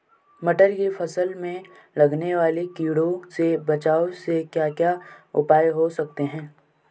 मटर की फसल में लगने वाले कीड़ों से बचाव के क्या क्या उपाय हो सकते हैं?